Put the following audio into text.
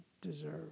deserve